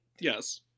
yes